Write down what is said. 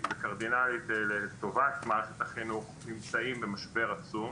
וקרדינאלית לטובת מערכת החינוך נמצאים במשבר עצום,